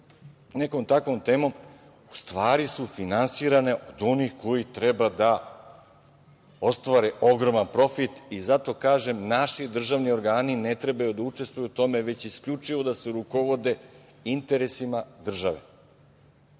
nekom takvom temom, u stvari su finansirane od onih koji treba da ostvare ogroman profit i zato kažem, naši državni organi ne trebaju da učestvuju u tome, već isključivo da se rukovode interesima države. Niko